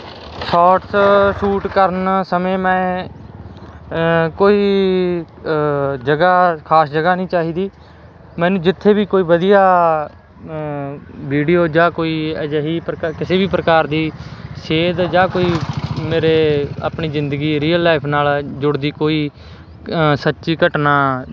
shorts shoot ਕਰਨ ਸਮੇਂ ਮੈਂ ਕੋਈ ਜਗ੍ਹਾ ਖਾਸ ਜਗ੍ਹਾ ਨਹੀਂ ਚਾਹੀਦੀ ਮੈਨੂੰ ਜਿੱਥੇ ਵੀ ਕੋਈ ਵਧੀਆ ਵੀਡੀਓ ਜਾਂ ਕੋਈ ਅਜਿਹੀ ਕਿਸੇ ਵੀ ਪ੍ਰਕਾਰ ਦੀ ਸੇਧ ਜਾਂ ਕੋਈ ਮੇਰੇ ਆਪਣੀ ਜ਼ਿੰਦਗੀ ਰੀਅਲ ਲਾਈਫ ਨਾਲ ਜੁੜਦੀ ਕੋਈ ਸੱਚੀ ਘਟਨਾ